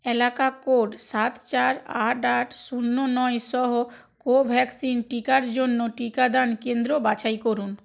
এলাকা কোড সাত চার আট আট শূন্য নয় সহ কোভ্যাক্সিন টিকার জন্য টিকাদান কেন্দ্র বাছাই করুন